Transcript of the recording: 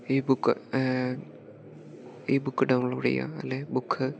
ebook ebook download ചെയ്യാം അല്ലേൽ book